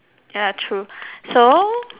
ya true so